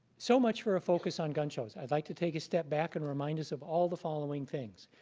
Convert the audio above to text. so much for a focus on gun shows. i'd like to take a step back and remind us of all the following things.